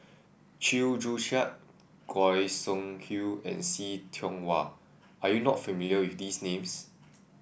Chew Joo Chiat Goi Seng Hui and See Tiong Wah are you not familiar with these names